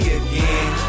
again